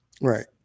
Right